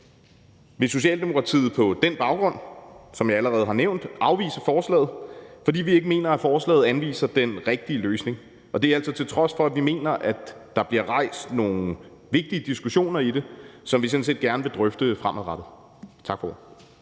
vil Socialdemokratiet på den baggrund, som jeg allerede har nævnt, afvise forslaget, fordi vi ikke mener, forslaget anviser den rigtige løsning, og det er altså, til trods for at vi mener, at der bliver rejst nogle vigtige diskussioner i det, som vi sådan set gerne vil drøfte fremadrettet. Tak for